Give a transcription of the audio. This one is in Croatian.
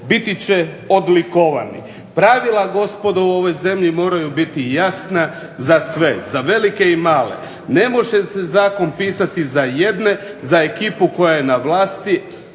biti će odlikovani? Pravila gospodo u ovoj zemlji moraju biti jasna za sve, za velike i male. Ne može se zakon pisati za jedne, za ekipu koja je na vlasti